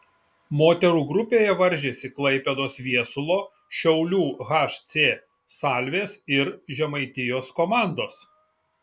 moterų grupėje varžėsi klaipėdos viesulo šiaulių hc salvės ir žemaitijos komandos